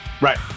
Right